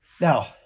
Now